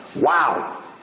Wow